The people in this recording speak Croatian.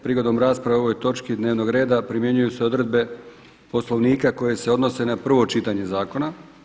Prigodom rasprave o ovoj točki dnevnog reda primjenjuju se odredbe Poslovnika koje se odnose na prvo čitanje zakona.